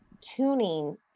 tuning